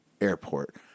airport